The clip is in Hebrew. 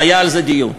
והיה על זה דיון.